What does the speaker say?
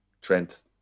Trent